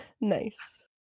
nice